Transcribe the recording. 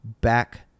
back